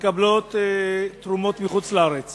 שמקבלות תרומות מחוץ-לארץ